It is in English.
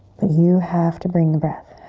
but you have to bring the breath.